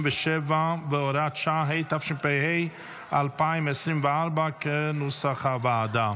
67 והוראת שעה), התשפ"ה 2024, כנוסח הוועדה.